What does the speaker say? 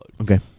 Okay